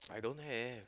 I don't have